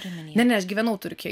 ne ne aš gyvenau turkijoj